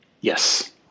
Yes